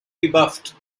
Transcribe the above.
rebuffed